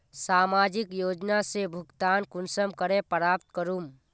सामाजिक योजना से भुगतान कुंसम करे प्राप्त करूम?